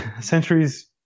centuries